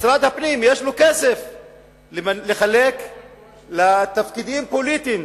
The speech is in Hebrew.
למשרד הפנים יש כסף לחלק לתפקידים פוליטיים